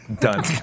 done